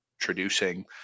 introducing